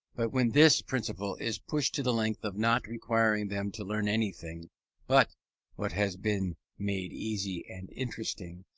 but when this principle is pushed to the length of not requiring them to learn anything but what has been made easy and interesting,